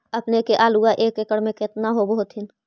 अपने के आलुआ एक एकड़ मे कितना होब होत्थिन?